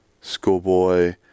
Schoolboy